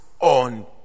on